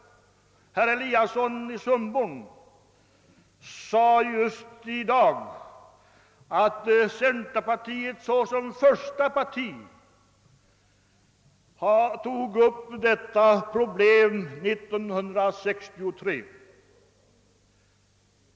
Herr Eliasson i Sundborn har i dag sagt att centerpartiet såsom första parti tog upp detta problem år 1963.